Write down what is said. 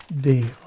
deal